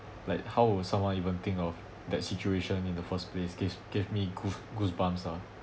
like how will someone even think of that situation in the first place give gave me goose~ goosebumps ah